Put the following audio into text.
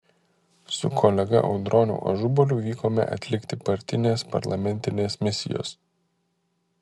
su kolega audroniu ažubaliu vykome atlikti partinės parlamentinės misijos